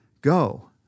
Go